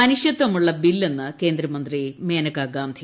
മനുഷ്യത്യമുള്ള ബില്ലെന്ന് കേന്ദ്രമന്ത്രി മേനകഗാന്ധി